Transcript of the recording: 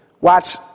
watch